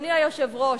אדוני היושב-ראש,